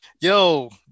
Yo